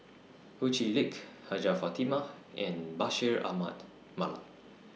Ho Chee Lick Hajjah Fatimah and Bashir Ahmad Mallal